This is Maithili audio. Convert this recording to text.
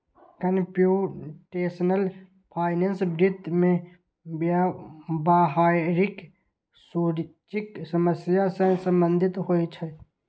कंप्यूटेशनल फाइनेंस वित्त मे व्यावहारिक रुचिक समस्या सं संबंधित होइ छै